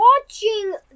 watching